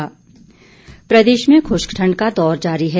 मौसम प्रदेश में खुश्क ठंड का दौर जारी है